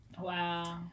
wow